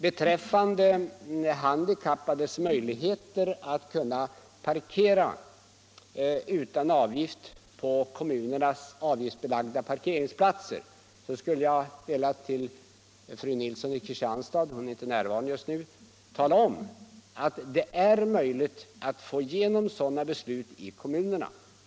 Beträffande handikappades möjligheter att parkera utan avgift på kommunernas avgiftsbelagda parkeringsplatser skulle jag för fru Nilsson i Kristianstad — hon är inte närvarande just nu — vilja tala om att det är möjligt att få igenom sådana beslut i kommunerna.